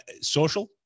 social